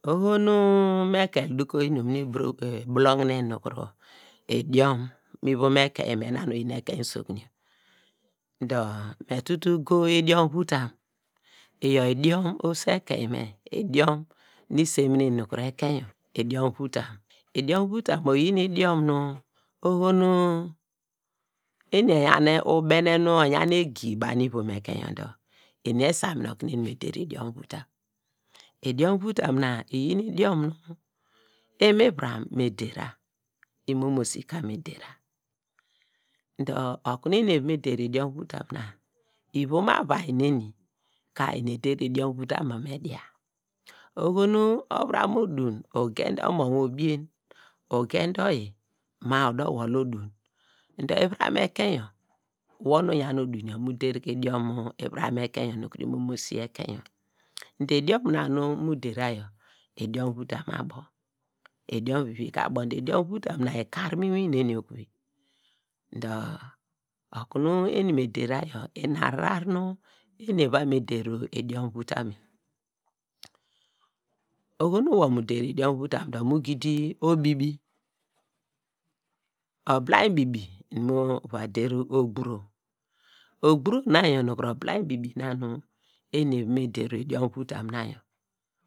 Oho nu me kel duko inum nu ibulegnen nu kunu idion mi ivom ekun me na nu oyin ivom ekein usoku yor dor nu tutu go idion vutam, iyor idum oso ekein me, idiom nu iseminen nu ekein yor idiom votam, vutam oyin nu idiom nu oho nu eni eyan ubene nu oyan egi banu ivom ekein yor dor eni esamine okunu me der idum nu imivuram me der ra, imomosi ka me der ra dor okunu eni me der idum vutam na yaw ivom avai neni ka eni eder idiom vutam yor me dia, oho ovuram odun, ugen de omo wor obieny, ugende oyi ma oder wol odun dor ivuram ekein yor, wor nu uyen odun yor mu der ke idiom ivuram ekein yor nu kuru imomosi ekein yor dor idiom vi vi ka abo dor idiom vutam na yor ikar mu inwin neni okuveyi dor okunu eni me der ra yor ina ahrar nu eni eva me der idiom vutom yor oho nu wor mu der idiom vutam do mu gidi obibi, oblainy bibi, mu va der ogburo, ogburo na yaw nu kuru oblainy bibi na yaw nu eni eva me der idiom vutam na yaw.